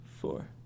four